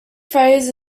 phrase